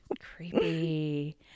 Creepy